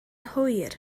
hwyr